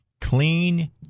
clean